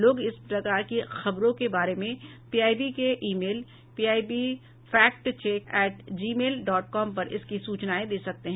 लोग इस प्रकार की खबरों के बारे में पीआईबी के email PIB fact check at Gmail dot com पर इसकी सूचनाएं दे सकते हैं